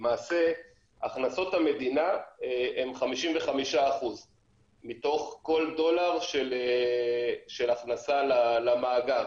למעשה הכנסות המדינה הן 55% מתוך כל דולר של הכנסה למאגר.